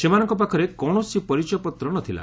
ସେମାନଙ୍କ ପାଖରେ କୌଣସି ପରିଚୟପତ୍ର ନଥିଲା